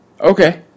Okay